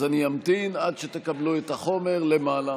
אז אני אמתין עד שתקבלו את החומר למעלה,